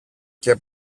και